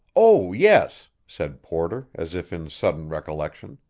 oh, yes, said porter, as if in sudden recollection.